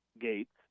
Gates